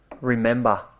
remember